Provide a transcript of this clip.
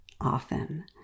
often